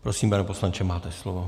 Prosím, pane poslanče, máte slovo.